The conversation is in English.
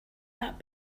that